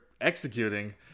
executing